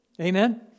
Amen